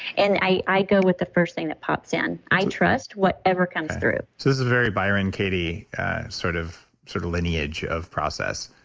and i i go with the first thing that pops in. i trust whatever comes through this is a very byron katie sort of sort of lineage of process.